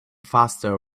faster